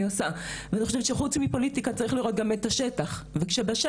עושה ואני חושבת שחוץ מפוליטיקה צריך לראות גם את השטח וכשבשטח